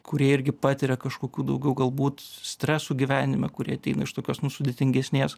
kurie irgi patiria kažkokių daugiau galbūt stresų gyvenime kurie ateina iš tokios nu sudėtingesnės